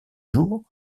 jour